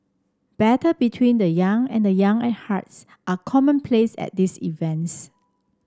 battle between the young and the young at hearts are commonplace at these events